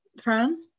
Fran